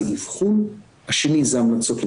אני רוצה להגיד משהו על המודל שאנחנו רוצים להציע.